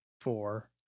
four